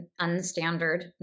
unstandard